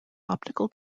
optical